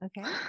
Okay